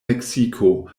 meksiko